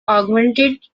augmented